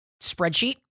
spreadsheet